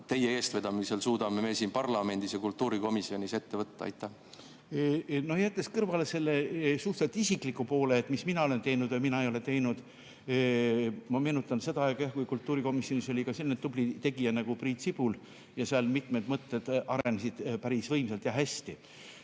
teie eestvedamisel siin parlamendis ja kultuurikomisjonis veel ette võtta? Jättes kõrvale selle suhteliselt isikliku osa, mis mina olen teinud või mida mina ei ole teinud, ma meenutan seda aega, kui kultuurikomisjonis oli ka selline tubli tegija nagu Priit Sibul ja seal mitmed mõtted arenesid päris võimsalt ja hästi.